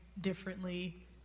differently